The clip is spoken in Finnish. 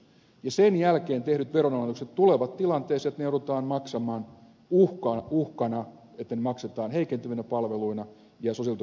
sen jälkeen tehdyt veronalennukset tulevat tilanteessa että ne joudutaan maksamaan uhkana siitä että ne maksetaan heikentyvinä palveluina ja sosiaaliturvan leikkauksina